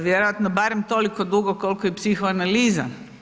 Vjerojatno barem toliko dugo koliko i psihoanaliza.